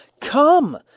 come